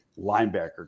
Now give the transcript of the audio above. linebacker